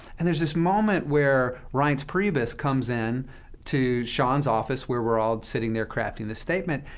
and there's this moment where reince priebus comes in to sean's office, where we're all sitting there crafting this statement,